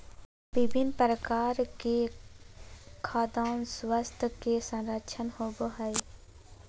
विभिन्न प्रकार के खाद्यान स्वास्थ्य के संरक्षण होबय हइ